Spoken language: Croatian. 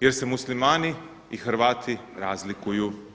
jer se Muslimani i Hrvati razlikuju.